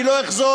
אני לא אחזור,